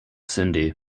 sindhi